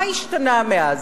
מה השתנה מאז?